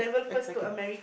eh thank you